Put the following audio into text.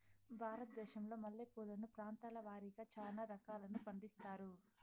భారతదేశంలో మల్లె పూలను ప్రాంతాల వారిగా చానా రకాలను పండిస్తారు